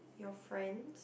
your friends